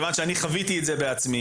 מכיוון שאני חוויתי את זה בעצמי,